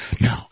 No